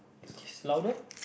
louder